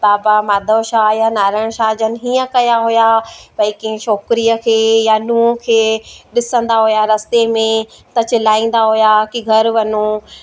बाबा माधव शाह या नारायण शाह जन हीअं कयां हुआ भई की छोकिरीअ खे या नुंहुं खे ॾिसंदा हुआ रास्ते में त चिलाईंदा हुआ की घरु वञो